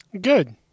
Good